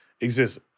exists